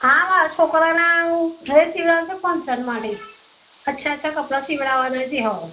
હા મારા છોકરાના હું ડ્રેસ સિવડાવવો છે ફંક્શન માટે એનાં કપડાં સિવડાવવાનાં છે હઉ